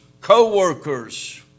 co-workers